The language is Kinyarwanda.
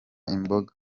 imboga